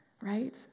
right